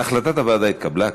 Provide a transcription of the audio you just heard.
הוועדה נתקבלה.